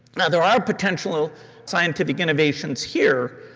and there are potential scientific innovations here,